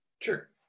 Sure